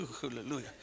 Hallelujah